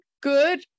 good